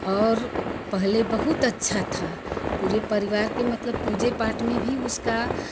और पहले बहुत अच्छा था पूरे परिवार का मतलब पूजा पाठ में भी उसका